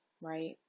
Right